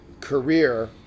Career